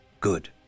Good